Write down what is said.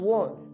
one